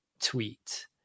tweet